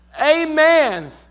Amen